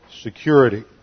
security